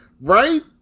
Right